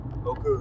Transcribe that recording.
Okay